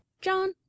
John